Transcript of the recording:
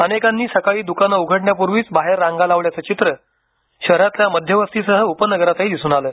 अनेकांनी सकाळी चिकन आणि मटणाची दुकानं उघडण्यापूर्वीच बाहेर रांगा लावल्याचं चित्र शहरातल्या मध्यवस्तीसह उपनगरातही दिसून आलं